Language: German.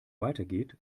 weitergeht